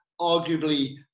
arguably